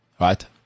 Right